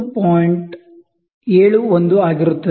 71 ಆಗಿರುತ್ತದೆ